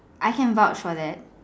I can vouch for that